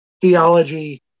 theology